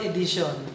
Edition